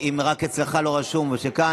אתה סתם עסקן, ואתה מה?